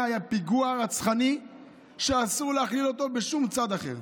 היה פיגוע רצחני שאסור להכיל אותו בשום צד אחר.